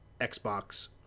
Xbox